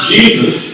Jesus